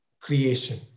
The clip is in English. creation